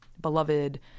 beloved